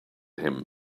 him